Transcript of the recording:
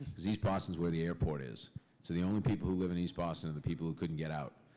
cause east boston's where the airport is. so the only people who live in east boston are the people who couldn't get out,